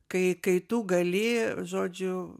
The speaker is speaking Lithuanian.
kai kai tu gali žodžiu